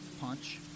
punch